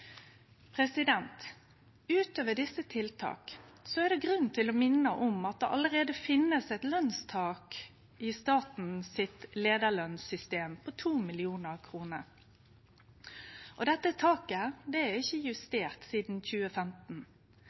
Utover desse tiltaka er det grunn til å minne om at det allereie finst eit lønstak i staten sitt leiarlønssystem på 2 mill. kr. Dette taket er ikkje justert sidan 2015.